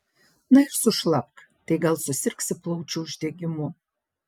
na ir sušlapk tai gal susirgsi plaučių uždegimu